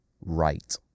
right